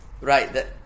Right